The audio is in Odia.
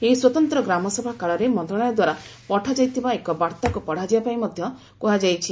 ଏହି ସ୍ୱତନ୍ତ୍ର ଗ୍ରାମସଭା କାଳରେ ମନ୍ତ୍ରଣାଳୟ ଦ୍ୱାରା ପଠାଯାଇଥିବା ଏକ ବାର୍ତ୍ତାକୁ ପଢ଼ାଯିବା ପାଇଁ ମଧ୍ୟ କୁହାଯାଇଛି